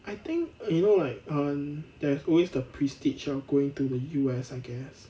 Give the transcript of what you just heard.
I think you know like um there's always the prestige of going to the U_S I guess